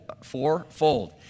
fourfold